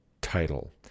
title